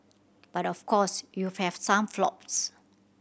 but of course you've had some flops